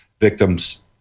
victims